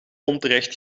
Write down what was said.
onterecht